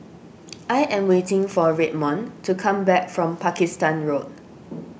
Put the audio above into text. I am waiting for Redmond to come back from Pakistan Road